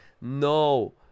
No